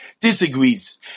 disagrees